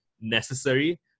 necessary